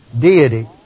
deity